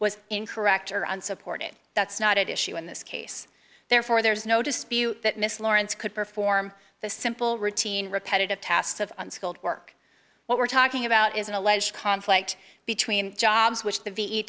was incorrect or unsupported that's not at issue in this case therefore there's no dispute that miss lawrence could perform the simple routine repetitive tasks of unskilled work what we're talking about is an alleged conflict between jobs which the v